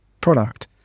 product